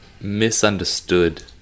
misunderstood